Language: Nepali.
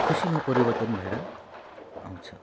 खुसीमा परिवर्तन भएर आउँछ